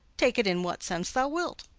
take it in what sense thou wilt.